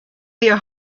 your